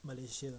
malaysia